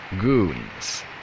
goons